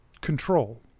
control